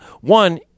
One